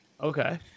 okay